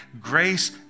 grace